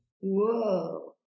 Whoa